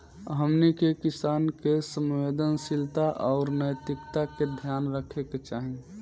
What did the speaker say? हमनी के किसान के संवेदनशीलता आउर नैतिकता के ध्यान रखे के चाही